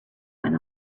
went